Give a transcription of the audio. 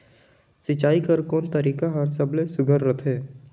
सिंचाई कर कोन तरीका हर सबले सुघ्घर रथे?